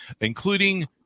Including